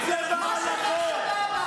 מה שבא,